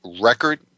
record